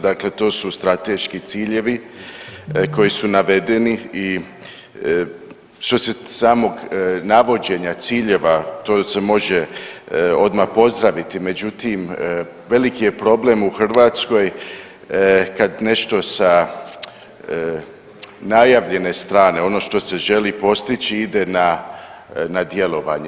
Dakle, to strateški ciljevi koji su navedeni i što se samog navođenja ciljeva to se može odmah pozdraviti međutim veliki je problem u Hrvatskoj kad nešto sa najavljene strane ono što se želi postići ide na djelovanje.